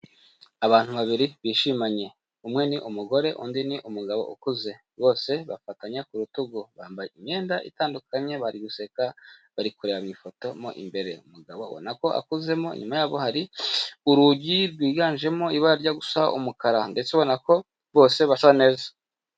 Abantu babiri bishimanye, umwe ni umugore undi ni umugabo ukuze bose bafatanya ku rutugu, bambaye imyenda itandukanye bari guseka bari kureba mu ifoto mo imbere, umugabo ubona ko akuzemo inyuma yabo hari urugi rwiganjemo ibara rijya gusa umukara ndetse ubona ko bose basa neza.